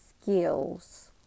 skills